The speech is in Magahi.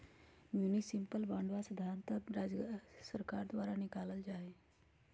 म्युनिसिपल बांडवा साधारणतः राज्य सर्कार द्वारा निकाल्ल जाहई